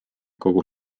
kogu